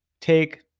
take